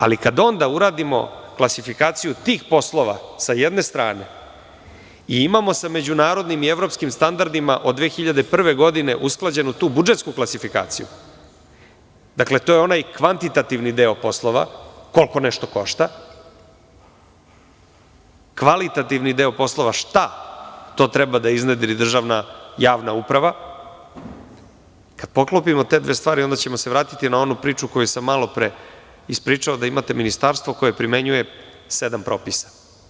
Ali, kada uradimo klasifikaciju tih poslova sa jedne strane i imamo sa međunarodnim i evropskim standardima od 2001. godine usklađenu tu budžetsku klasifikaciju, dakle, to je onaj kvantitativni deo troškova, koliko nešto košta, kvalitativni deo poslova šta to treba da iznedri državna javna uprava, kad poklopimo te dve stvari, onda ćemo se vratiti na onu priču koju sam malopre ispričao da imate ministarstvo koje primenjuje sedam propisa.